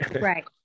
Right